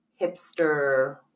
hipster